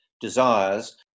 desires